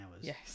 Yes